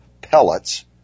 pellets